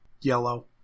yellow